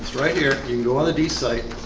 right here you and go on the d site.